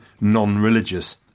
non-religious